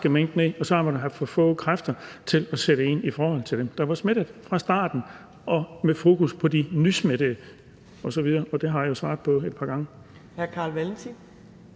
mink ned, og så har man haft for få kræfter til at sætte ind i forhold til dem, der var smittet, fra starten og med fokus på de nysmittede osv. Og det har jeg jo svaret på et par gange.